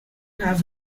have